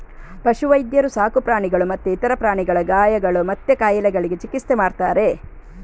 ಪಶು ವೈದ್ಯರು ಸಾಕು ಪ್ರಾಣಿಗಳು ಮತ್ತೆ ಇತರ ಪ್ರಾಣಿಗಳ ಗಾಯಗಳು ಮತ್ತೆ ಕಾಯಿಲೆಗಳಿಗೆ ಚಿಕಿತ್ಸೆ ಮಾಡ್ತಾರೆ